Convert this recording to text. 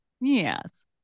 yes